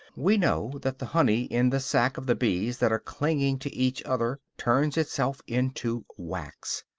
we know that the honey in the sac of the bees that are clinging to each other turns itself into wax,